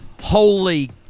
holy